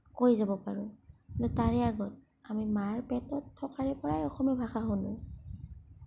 কৈ যাব পাৰোঁ কিন্তু তাৰে আগত আমি মাৰ পেটত থকাৰে পৰাই আমি অসমীয়া ভাষা শুনো